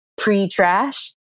pre-trash